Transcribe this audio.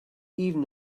even